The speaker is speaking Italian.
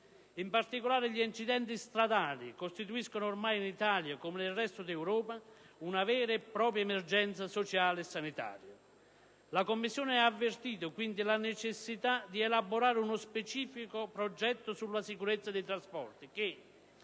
In particolare gli incidenti stradali costituiscono ormai in Italia, come nel resto d'Europa, una vera e propria emergenza sociale e sanitaria. La Commissione ha avvertito, quindi, la necessità di elaborare uno specifico progetto sulla sicurezza dei trasporti che,